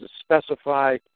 specify